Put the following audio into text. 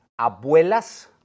Abuelas